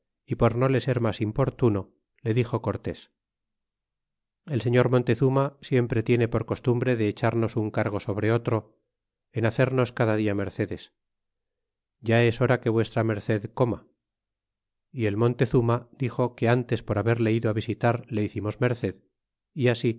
y por no le ser mas importuno le dixo cortés el señor montezuma siempre tiene por costumbre de echarnos un cargo sobre otro en hacernos cada dia mercedes ya es hora que y m coma y el montezuma dixo que ntes por haberle ido visitar le